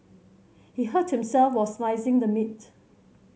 he hurt himself while slicing the meat